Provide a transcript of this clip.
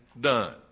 done